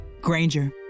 Granger